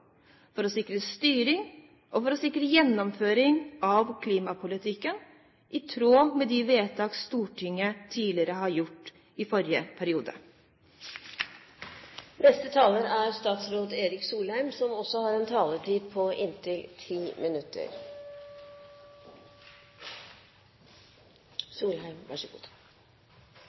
for å sikre kontroll, sikre styring og sikre gjennomføring av klimapolitikken i tråd med de vedtak Stortinget tidligere har gjort, i forrige periode? Samfunnet er en veldig komplisert organisme, og en komplisert organisme samsvarer ikke alltid med departementsinndeling. Så